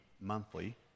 monthly